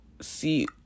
see